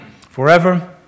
forever